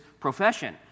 profession